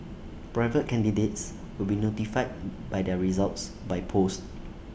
private candidates will be notified by their results by post